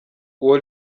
uwo